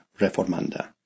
reformanda